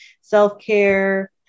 self-care